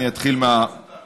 שלוש דקות, מותר לי.